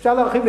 אפשר להרחיב את